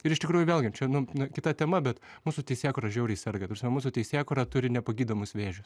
ir iš tikrųjų vėlgi čia nu nu kita tema bet mūsų teisėkūra žiauriai serga ta prasme mūsų teisėkūra turi nepagydomus vėžius